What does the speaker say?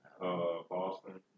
Boston